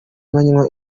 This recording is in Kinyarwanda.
banywa